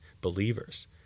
believers